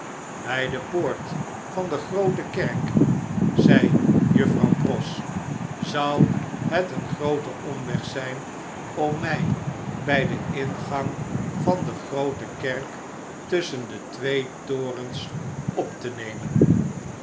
de poort van de groote kerkl zei juffrouw pross zou het een groote omwegzjjn om mjj by den ingang van de groote kerk tusschen de twee torens op te nemen